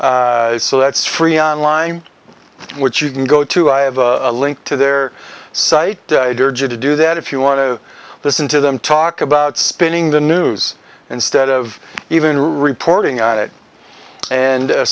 quarters so that's free online which you can go to i have a link to their site to do that if you want to listen to them talk about spinning the news instead of even reporting on it and